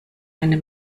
meine